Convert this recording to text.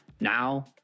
Now